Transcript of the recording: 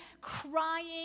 crying